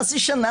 מה זה שנה?